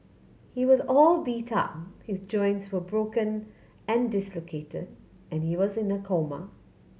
he was all beat up his joints were broken and dislocate and he was in a coma